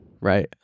right